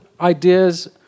ideas